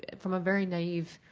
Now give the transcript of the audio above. from a very naive